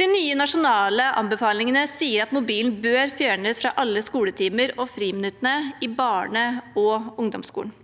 De nye nasjonale anbefalingene sier at mobilen bør fjernes fra alle skoletimer og i friminuttene i barne- og ungdomsskolen.